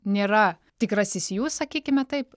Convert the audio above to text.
nėra tikrasis jūs sakykime taip